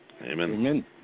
Amen